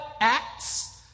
acts